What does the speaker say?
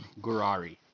Gurari